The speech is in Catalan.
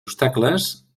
obstacles